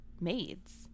maids